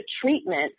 treatment